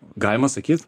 galima sakyt